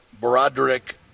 Broderick